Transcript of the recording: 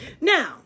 Now